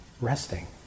resting